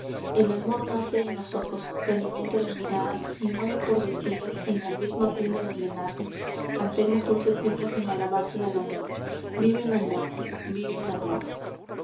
el amor nace en los ojos se alimenta de miradas y muere por desvíos en la misma cuna donde nace cantemos dulces himnos en alabanza del amor viva el amor viva el amor